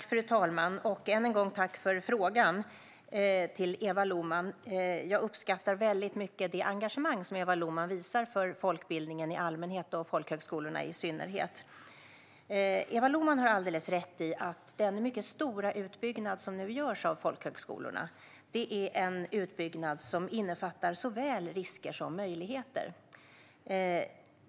Fru talman! Jag tackar än en gång Eva Lohman för frågan. Jag uppskattar verkligen det engagemang som hon visar för folkbildningen i allmänhet och för folkhögskolorna i synnerhet. Eva Lohman har alldeles rätt i att den mycket stora utbyggnad av folkhögskolorna som nu görs är något som innefattar såväl risker som möjligheter.